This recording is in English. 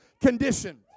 condition